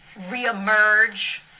reemerge